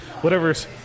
whatever's